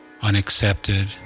unaccepted